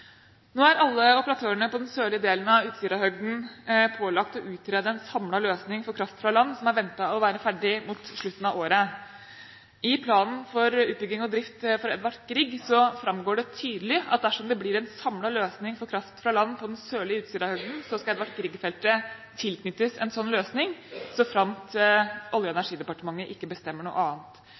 Nå er alle operatørene på den sørlige delen av Utsirahøyden pålagt å utrede en samlet løsning for kraft fra land, som er ventet å være ferdig mot slutten av året. I planen for utbygging og drift av Edvard Grieg-feltet framgår det tydelig at dersom det blir en samlet løsning for kraft fra land på den sørlige Utsirahøyden, skal Edvard Grieg-feltet tilknyttes en slik løsning, såfremt Olje- og energidepartementet ikke bestemmer noe annet.